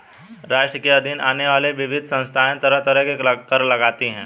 राष्ट्र के अधीन आने वाली विविध संस्थाएँ तरह तरह के कर लगातीं हैं